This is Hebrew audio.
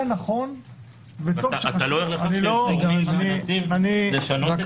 אתה לא חושד שיש גורמים שמנסים לשנות --?